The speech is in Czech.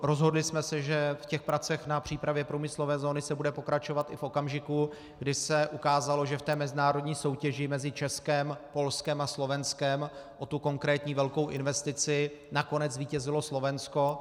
Rozhodli jsme se, že v pracích na přípravě průmyslové zóny se bude pokračovat i v okamžiku, kdy se ukázalo, že v mezinárodní soutěži mezi Českem, Polskem a Slovenskem o tu konkrétní velkou investici nakonec zvítězilo Slovensko.